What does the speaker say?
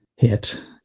hit